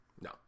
No